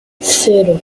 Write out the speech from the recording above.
cero